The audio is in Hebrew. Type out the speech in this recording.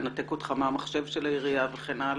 לנתק אותך מהמחשב של העירייה וכן הלאה,